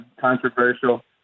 controversial